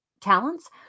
talents